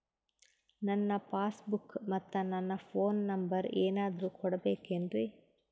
ನನ್ನ passbook ಮತ್ ನನ್ನ ಫೋನ್ ನಂಬರ್ ಏನಾದ್ರು ಕೊಡಬೇಕೆನ್ರಿ?